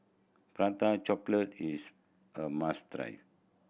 Prata Chocolate is a must try